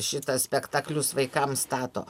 šitas spektaklius vaikams stato